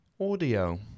Audio